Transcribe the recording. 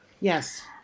yes